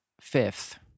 fifth